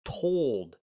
told